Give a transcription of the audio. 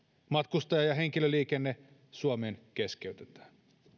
matkustaja ja henkilöliikenne suomeen keskeytetään